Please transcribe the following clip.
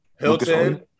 Hilton